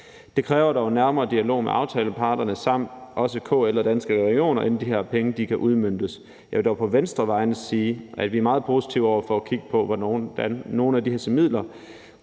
Det kræver dog en nærmere dialog med aftaleparterne og også med KL og Danske Regioner, før de her penge kan udmøntes. Jeg vil dog på Venstres vegne sige, at vi er meget positive over for at kigge på, hvordan nogle af disse midler